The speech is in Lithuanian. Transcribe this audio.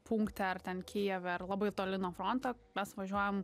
punkte ar ten kijeve ar labai toli nuo fronto mes važiuojam